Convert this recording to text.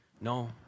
No